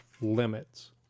limits